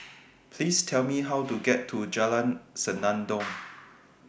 Please Tell Me How to get to Jalan Senandong